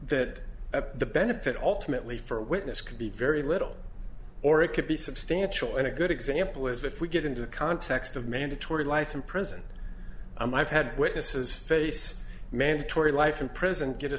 that the benefit alternately for a witness could be very little or it could be substantial in a good example is if we get into the context of mandatory life in prison and i've had witnesses face mandatory life in prison get a